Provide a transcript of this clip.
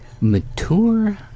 Mature